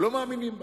לא מאמינים בהם.